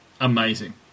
Amazing